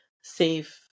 safe